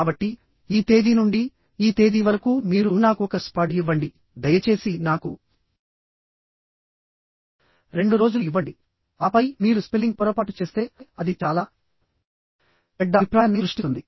కాబట్టి ఈ తేదీ నుండి ఈ తేదీ వరకు మీరు నాకు ఒక స్పాడ్ ఇవ్వండి దయచేసి నాకు రెండు రోజులు ఇవ్వండి ఆపై మీరు స్పెల్లింగ్ పొరపాటు చేస్తే అది చాలా చెడ్డ అభిప్రాయాన్ని సృష్టిస్తుంది